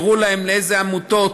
הראו להן לאילו עמותות